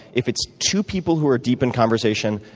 if it's two people who are deep in conversation,